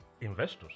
investors